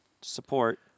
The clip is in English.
support